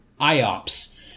IOPS